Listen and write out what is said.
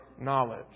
knowledge